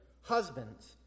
husbands